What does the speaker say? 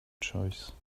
choice